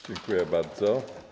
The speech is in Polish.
Dziękuję bardzo.